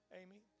Amy